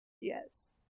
Yes